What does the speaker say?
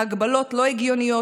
ההגבלות לא הגיוניות,